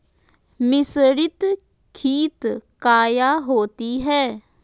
मिसरीत खित काया होती है?